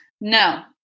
No